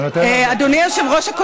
אבל אדוני היושב-ראש,